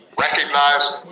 Recognize